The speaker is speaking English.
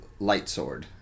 lightsword